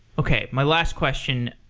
okay, my last question.